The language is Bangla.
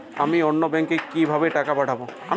আমি অন্য ব্যাংকে কিভাবে টাকা পাঠাব?